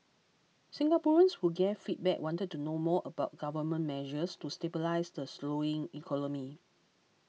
Singaporeans who gave feedback wanted to know more about Government measures to stabilise the slowing economy